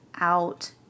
out